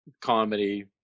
comedy